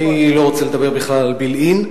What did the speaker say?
אני לא רוצה לדבר בכלל על בילעין.